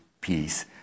peace